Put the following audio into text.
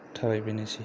थाबाय बेनोसै